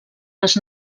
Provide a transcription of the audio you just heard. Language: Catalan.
les